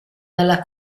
nella